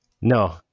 No